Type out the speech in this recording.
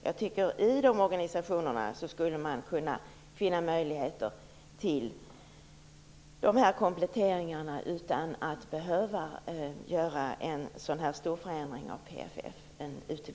Jag tycker att man i de organisationerna borde kunna finna möjligheter till dessa kompletteringar, utan att behöva göra en sådan här stor förändring av